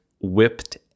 whipped